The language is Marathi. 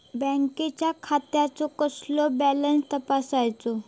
बँकेच्या खात्याचो कसो बॅलन्स तपासायचो?